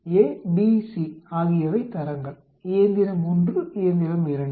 A B C ஆகியவை தரங்கள் இயந்திரம் 1 இயந்திரம் 2